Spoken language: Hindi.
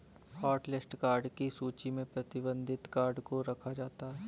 हॉटलिस्ट कार्ड की सूची में प्रतिबंधित कार्ड को रखा जाता है